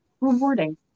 rewarding